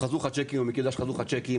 חזרו לך צ'קים הוא יודע שחזרו לך צ'קים,